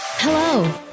Hello